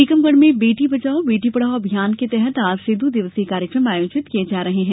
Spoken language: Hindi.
टीकमगढ़ में बेटी बचाओ बेटी पढ़ाओ अभियान के तहत आज से दो दिवसीय कार्यक्रम आयोजित किये जा रहे हैं